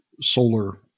solar